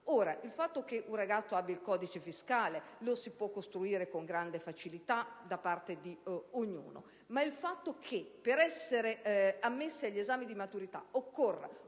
delle entrate. Un codice fiscale lo si può costruire con grande facilità da parte di ognuno, ma il fatto che per essere ammessi all'esame di maturità occorra